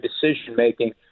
decision-making